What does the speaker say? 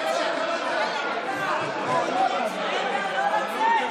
הן מוצמדות.